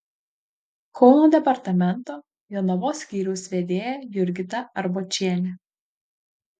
kauno departamento jonavos skyriaus vedėja jurgita arbočienė